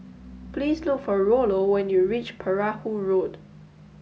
please look for Rollo when you reach Perahu Road